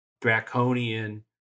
draconian